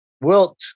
Wilt